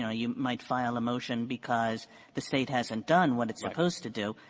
know, you might file a motion because the state hasn't done what it's supposed to do,